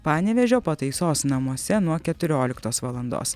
panevėžio pataisos namuose nuo keturioliktos valandos